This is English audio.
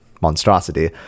monstrosity